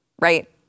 Right